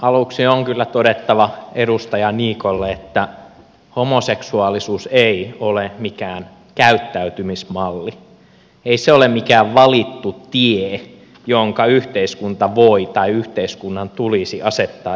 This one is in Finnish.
aluksi on kyllä todettava edustaja niikolle että homoseksuaalisuus ei ole mikään käyttäytymismalli ei se ole mikään valittu tie jonka yhteiskunta voi tai joka yhteiskunnan tulisi asettaa epäsuositumpaan asemaan